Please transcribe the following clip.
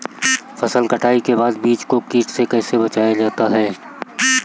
फसल कटाई के बाद बीज को कीट से कैसे बचाया जाता है?